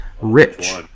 Rich